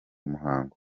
muhango